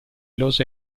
los